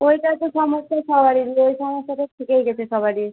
ওইটা তো সমস্যা সবারিরই ওই সমস্যা তো থেকেই গেছে সবারই